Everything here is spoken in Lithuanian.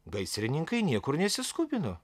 gaisrininkai niekur nesiskubino